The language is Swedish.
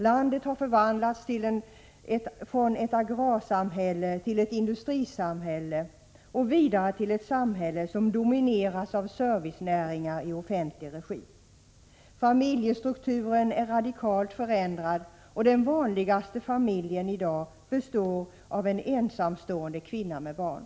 Landet har förvandlats från ett agrarsamhälle till ett industrisamhälle och vidare till ett samhälle som domineras av servicenäringar i offentlig regi. Familjestrukturen är radikalt förändrad, och den vanligaste familjen i dag består av en ensamstående kvinna med barn.